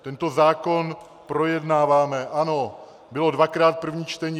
Tento zákon projednáváme, ano, bylo dvakrát první čtení.